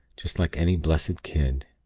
just like any blessed kid.